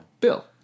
bill